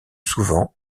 souvent